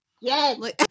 Yes